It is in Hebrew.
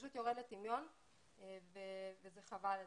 שפשוט יורד לטמיון וזה חבל לדעתי.